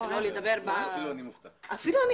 לא נעים לי להגיד, אפילו אני